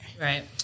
Right